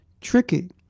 tricky